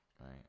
Right